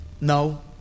No